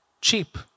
cheap